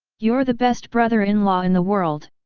you're the best brother-in-law in the world!